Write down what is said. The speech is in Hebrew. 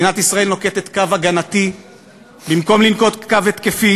מדינת ישראל נוקטת קו הגנתי במקום לנקוט קו התקפי